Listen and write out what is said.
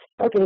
Okay